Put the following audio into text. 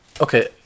Okay